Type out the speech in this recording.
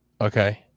Okay